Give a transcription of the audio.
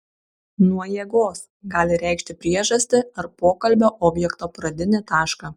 nuo jėgos gali reikšti priežastį ar pokalbio objekto pradinį tašką